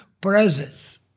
presence